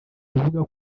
buvuga